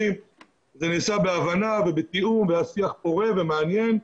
וזה נעשה בהבנה ובתיאום והיה שיח פורה ומעניין.